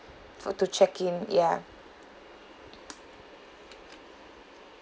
for to check in ya